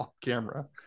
camera